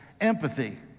empathy